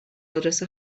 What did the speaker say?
آدرس